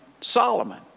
Solomon